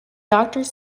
doctors